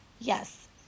Yes